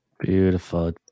Beautiful